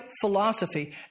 philosophy